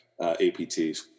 APTs